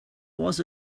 was